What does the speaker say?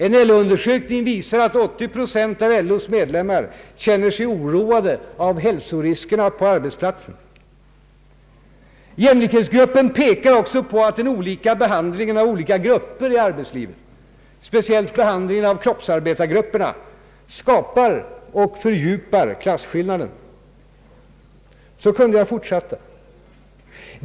En LO-undersökning visar att 80 procent av LO:s medlemmar känner sig oroade av hälsoriskerna på arbetsplatserna. Jämlikhetsgruppen pekar också på att den olika behandlingen av olika grupper i arbetslivet, speciellt kroppsarbetargrupperna, skapar och fördjupar klasskillnader. Så kunde jag fortsätta.